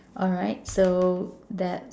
alright so that